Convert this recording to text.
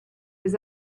his